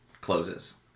closes